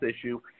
issue